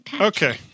Okay